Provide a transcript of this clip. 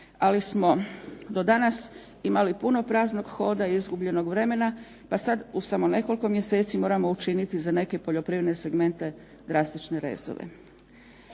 Ali smo do danas imali puno praznog hoda i izgubljenog vremena, pa sad u samo nekoliko mjeseci moramo učiniti za neke poljoprivredne segmente drastične rezove.